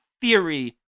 theory